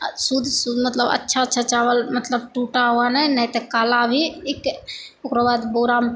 शुद्ध मतलब अच्छा अच्छ चावल मतलब टूटा हुआ नहि नहि तऽ काला भी इक ओकरा बाद बोरामे पैक